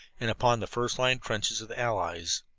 and upon the first-line trenches of the allies.